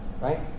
right